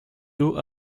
d’eau